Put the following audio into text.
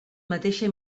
mateixa